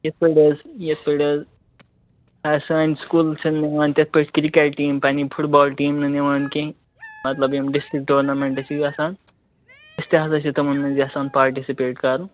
یِتھٕ پٲٹھۍ حظ یِتھٕ پٲٹھۍ حظ سٲنۍ سکوٗل چھِنہٕ نِوان تِتھٕ پٲٹھۍ کِرکَٹ ٹیٖم پَنٕنۍ فُٹ بال ٹیٖم نہٕ نِوان کیٚنٛہہ مطلب یِم ڈِسٹرکٹ ٹورنامٮ۪نٛٹہٕ چھِ گژھان أسۍ تہِ ہسا چھِ تِمَن منٛز یَژھان پارٹِسِپٮ۪ٹ کَرُن